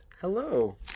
Hello